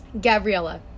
Gabriella